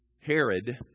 Herod